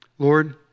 Lord